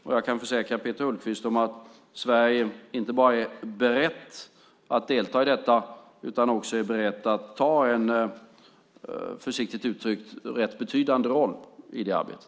Och jag kan försäkra Peter Hultqvist att Sverige inte bara är berett att delta i utan också ta en, försiktigt uttryckt, rätt betydande roll i detta arbete.